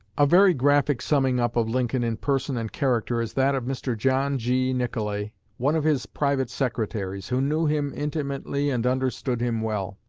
a very graphic summing-up of lincoln in person and character is that of mr. john g. nicolay, one of his private secretaries, who knew him intimately and understood him well.